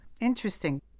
Interesting